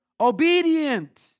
Obedient